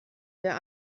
der